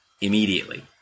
immediately